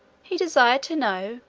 he desired to know,